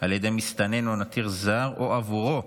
על ידי מסתנן או נתין זר או עבורו,